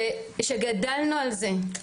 שגדלנו על זה.